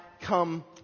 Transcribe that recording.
Come